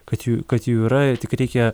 kad jų kad jų yra ir tik reikia